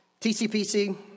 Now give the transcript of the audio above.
TCPC